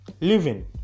living